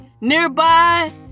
Nearby